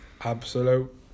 absolute